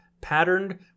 patterned